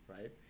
Right